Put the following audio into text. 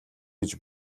гэж